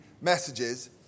messages